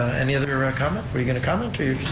any other comment, were you going to comment or